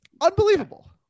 unbelievable